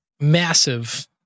massive